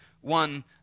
one